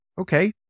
Okay